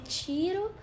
tiro